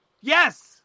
Yes